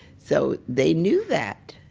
so they knew that.